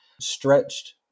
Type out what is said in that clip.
stretched